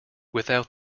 without